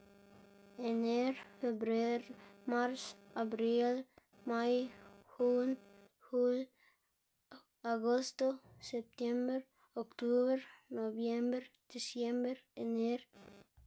Ener, febrer, mars, abril, may, jun, jul, agosto, septiembr, octubr, nobiembr, disiembr, ener.